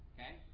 Okay